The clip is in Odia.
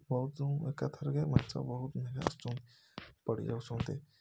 ବହୁତ ଏକାଥରକେ ମାଛ ବହୁତ ନେଇ ଆସୁଛନ୍ତି ପଡ଼ି ଯାଉଛନ୍ତି